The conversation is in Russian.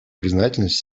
признательность